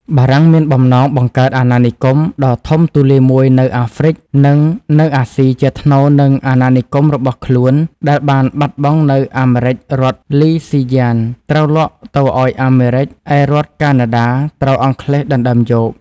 បារាំងមានបំណងបង្កើតអាណានិគម ដ៏ធំទូលាយមួយនៅ អាហ្វ្រិច និងនៅអាស៊ីជាថ្នូរ នឹង អាណានិគមរបស់ខ្លួនដែលបានបាត់បង់នៅអាមេរិករដ្ឋល្វីស៊ីយ៉ានត្រូវលក់ទៅឱ្យអាមេរិក ឯរដ្ឋកាណាដាត្រូវអង់គ្លេសដណ្ដើមយក។